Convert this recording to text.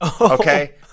okay